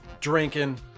Drinking